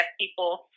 people